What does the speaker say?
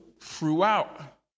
throughout